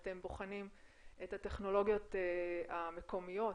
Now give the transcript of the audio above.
אתם בוחנים את הטכנולוגיות המקומיות